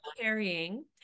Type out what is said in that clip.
carrying